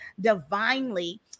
divinely